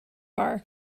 bar